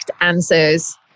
answers